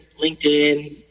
LinkedIn